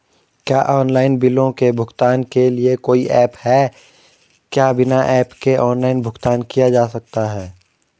क्या ऑनलाइन बिलों के भुगतान के लिए कोई ऐप है क्या बिना ऐप के भी ऑनलाइन भुगतान किया जा सकता है?